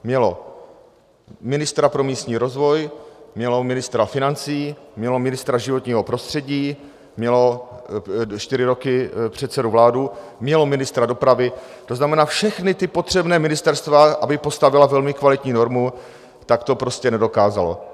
Mělo ministra pro místní rozvoj, mělo ministra financí, mělo ministra životního prostředí, mělo čtyři roky předsedu vlády, mělo ministra dopravy, to znamená všechna potřebná ministerstva, aby postavila velmi kvalitní normu, ale to prostě nedokázalo.